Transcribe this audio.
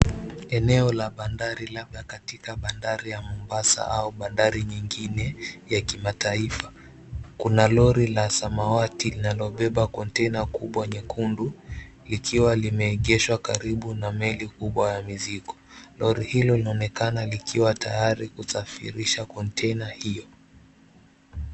Eneo la bandari labda katika bandari ya Mombasa au bandari nyingine ya kimataifa, kuna lori la samawati linalobeba konteina kubwa nyekundu likiwa limeegeshwa karibu na meli kubwa ya mizigo. Lori hilo linaonekana likiwa tayari kusafirisha konteina hiyo.